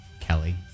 Kelly